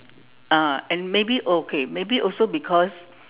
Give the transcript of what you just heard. ah and maybe okay and maybe also because